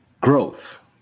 growth